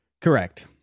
Correct